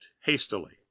hastily